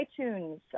iTunes